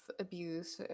abuse